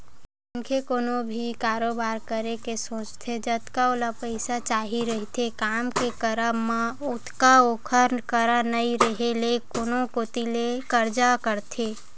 मनखे कोनो भी कारोबार करे के सोचथे जतका ओला पइसा चाही रहिथे काम के करब म ओतका ओखर करा नइ रेहे ले कोनो कोती ले करजा करथे